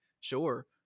sure